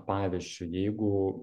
pavyzdžiui jeigu